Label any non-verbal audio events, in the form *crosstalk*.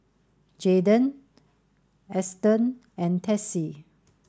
*unintelligible* Eston and Tessie